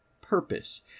purpose